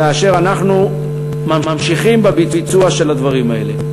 כאשר אנחנו ממשיכים בביצוע של הדברים האלה.